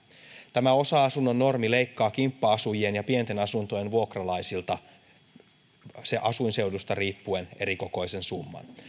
tämä osa asunnon normi leikkaa kimppa asujien ja pienten asuntojen vuokralaisilta asuinseudusta riippuen erikokoisen summan